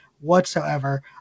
whatsoever